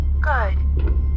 Good